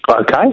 Okay